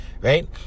right